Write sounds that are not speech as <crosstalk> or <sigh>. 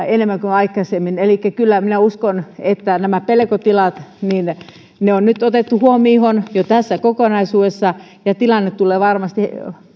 <unintelligible> enemmän kuin aikaisemmin elikkä kyllä minä uskon että nämä pelkotilat on nyt otettu huomioon jo tässä kokonaisuudessa ja tilanne tulee varmasti